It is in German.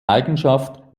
eigenschaft